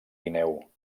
guineu